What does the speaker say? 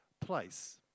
place